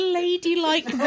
ladylike